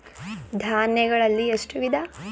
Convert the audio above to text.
ಧಾನ್ಯಗಳಲ್ಲಿ ಎಷ್ಟು ವಿಧ?